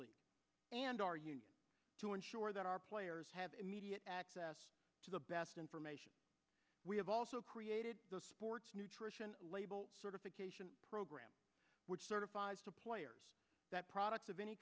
league and are you to ensure that our players have immediate access to the best information we have also created the sports nutrition label certification program which certifies to players that products of any